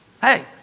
Hey